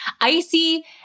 icy